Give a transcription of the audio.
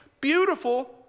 beautiful